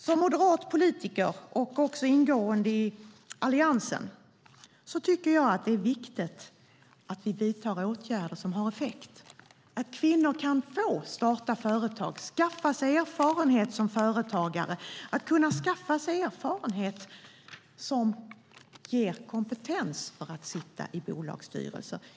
Som moderat politiker, och ingående i Alliansen, tycker jag att det är viktigt att vi vidtar åtgärder som har effekt - att kvinnor kan få starta företag och skaffa sig erfarenhet som företagare. Det handlar om att skaffa sig erfarenhet som ger kompetens för att sitta i bolagsstyrelser.